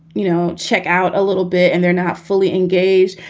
you know, check out a little bit and they're not fully engaged.